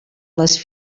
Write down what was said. les